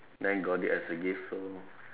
then I got it as a gift so